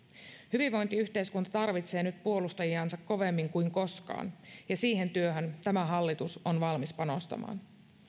hyvinvointiyhteiskunta tarvitsee nyt puolustajiansa kovemmin kuin koskaan ja siihen työhön tämä hallitus on valmis panostamaan